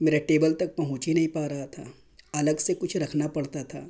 میرے ٹیبل تک پہنچ ہی نہیں پا رہا تھا الگ سے کچھ رکھنا پڑتا تھا